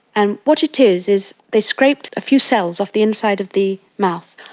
and what it is, is they scraped a few cells off the inside of the mouth,